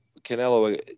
Canelo